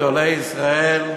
גדולי ישראל,